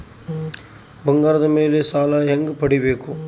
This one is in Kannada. ಬಂಗಾರದ ಮೇಲೆ ಸಾಲ ಹೆಂಗ ಪಡಿಬೇಕು?